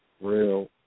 Real